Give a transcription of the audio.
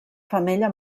femella